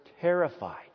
terrified